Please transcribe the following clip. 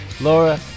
Laura